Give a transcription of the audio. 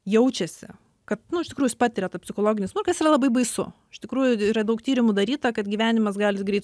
jaučiasi kad nu iš tikrųjų jis patiria tą psichologinį smurtą kas yra labai baisu iš tikrųjų yra daug tyrimų daryta kad gyvenimas gali greit